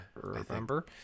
remember